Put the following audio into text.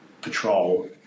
patrol